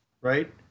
right